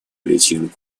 причин